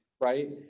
right